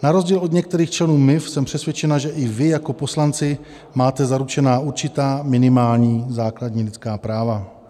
Na rozdíl od některých členů MIV jsem přesvědčena, že i vy jako poslanci máte zaručena určitá minimální základní lidská práva.